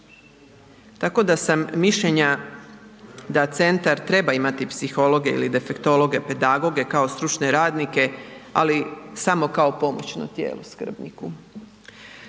Tako da sam mišljenja da centar treba imati psihologe ili defektologe, pedagoge kao stručne radnike, ali samo kao pomoćno tijelo skrbniku